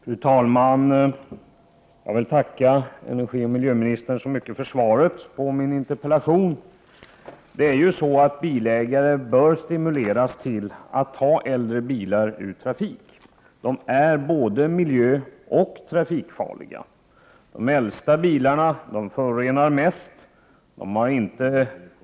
Fru talman! Jag vill tacka miljöoch energiministern så mycket för svaret på min interpellation. Bilägare bör ju stimuleras till att ta äldre bilar ur trafik. Sådana bilar är både miljöoch trafikfarliga. De äldsta bilarna förorenar mest.